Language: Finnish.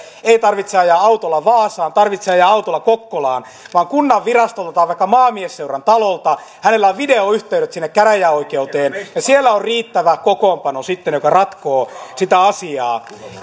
ei tarvitse ajaa autolla vaasaan ei tarvitse ajaa autolla kokkolaan vaan kunnanvirastolta tai vaikka maamiesseurantalolta hänellä on videoyhteydet sinne käräjäoikeuteen ja siellä on riittävä kokoonpano sitten joka ratkoo sitä asiaa